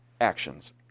actions